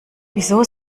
wieso